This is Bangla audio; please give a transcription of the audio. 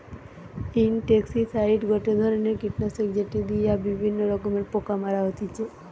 ইনসেক্টিসাইড গটে ধরণের কীটনাশক যেটি দিয়া বিভিন্ন রকমের পোকা মারা হতিছে